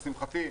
לשמחתי,